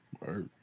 Right